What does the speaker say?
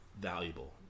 valuable